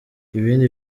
ibindi